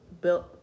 built